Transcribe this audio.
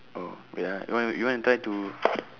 oh wait ah you want you want to try to